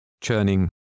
churning